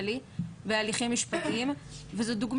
וגם האופן שבו הרשויות מזהות את הפגיעה,